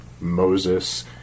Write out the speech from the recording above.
Moses